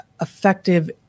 effective